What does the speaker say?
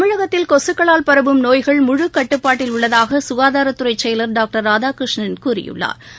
தமிழகத்தில் கொசுக்களால் பரவும் நோய்கள் முழு கட்டுப்பாட்டில் உள்ளதாக சுகாதாரத்துறை செயலா் டாக்டா் ராதாகிருஷ்ணன் கூறியிருக்கிறாா்